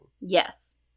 Yes